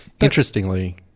Interestingly